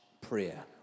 prayer